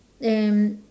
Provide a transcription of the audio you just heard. and